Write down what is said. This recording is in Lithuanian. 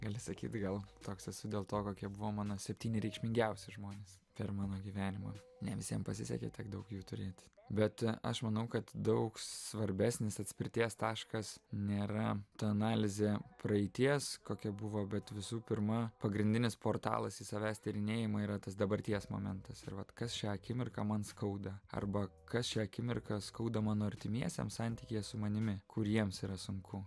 gali sakyt gal toks esu dėl to kokie buvo mano septyni reikšmingiausi žmonės per mano gyvenimą ne visiem pasisekė tiek daug jų turėti bet aš manau kad daug svarbesnis atspirties taškas nėra ta analizė praeities kokia buvo bet visų pirma pagrindinis portalas į savęs tyrinėjimą yra tas dabarties momentas ir bet kas šią akimirką man skauda arba kas šią akimirką skauda mano artimiesiem santykyje su manimi kur jiems yra sunku